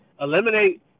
eliminate